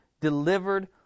delivered